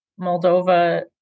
Moldova